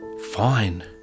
fine